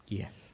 yes